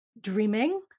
dreaming